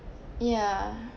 ya